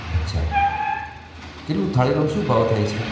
અચ્છા કેટલું થાળીનો શું ભાવ થાય છે